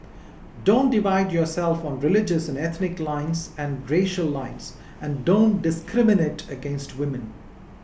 don't divide yourself on religious and ethnic lines and racial lines and don't discriminate against women